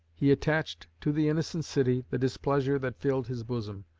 he attached to the innocent city the displeasure that filled his bosom,